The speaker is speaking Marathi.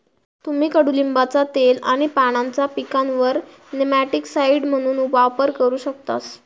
तुम्ही कडुलिंबाचा तेल आणि पानांचा पिकांवर नेमॅटिकसाइड म्हणून वापर करू शकतास